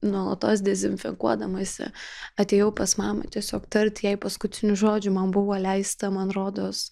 nuolatos dezinfekuodamasi atėjau pas mamą tiesiog tarti jai paskutinių žodžių man buvo leista man rodos